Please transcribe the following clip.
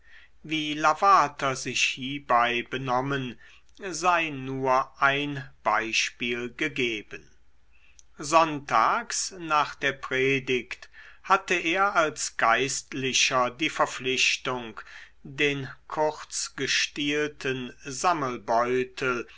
wie lavater sich hiebei benommen sei nur ein beispiel gegeben sonntags nach der predigt hatte er als geistlicher die verpflichtung den